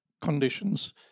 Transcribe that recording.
conditions